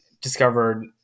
discovered